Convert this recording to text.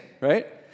right